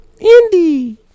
Indy